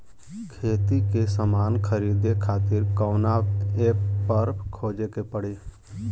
खेती के समान खरीदे खातिर कवना ऐपपर खोजे के पड़ी?